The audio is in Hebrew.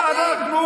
אבל אנחנו